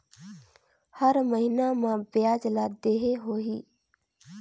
हर महीना मा ब्याज ला देहे होही?